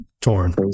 torn